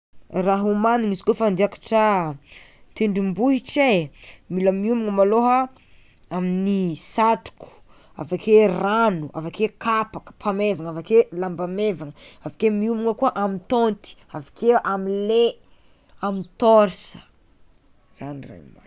Raha omaniny izy kôfa ande hiakatra tendrombohitra e mila miomagna malôha amin'ny satroko avakeo rano avakeo kapa kapa mevana, avakeo lamba mevana, avakeo miomagna koa amin'ny tenty, avakeo amy ley, amy tôrsa zany raha hiomagnana.